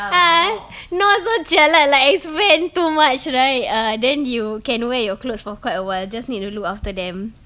ha not so jialat like expand too much right err then you can wear your clothes for quite a while just need to look after them